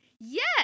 Yes